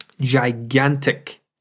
gigantic